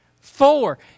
Four